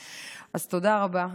אז תודה רבה.